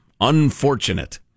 unfortunate